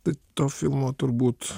tai to filmo turbūt